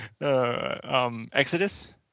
Exodus